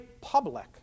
public